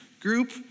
group